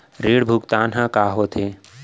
ऋण भुगतान ह का होथे?